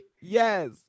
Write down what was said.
Yes